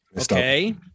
Okay